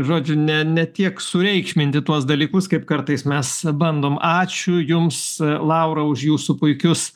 žodžiu ne ne tiek sureikšminti tuos dalykus kaip kartais mes bandom ačiū jums laura už jūsų puikius